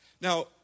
Now